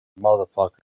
motherfucker